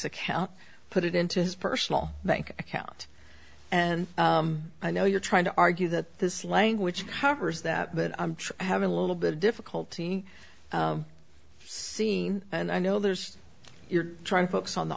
account put it into his personal bank account and i know you're trying to argue that this language covers that that i'm having a little bit difficulty scene and i know there's you're trying to focus on the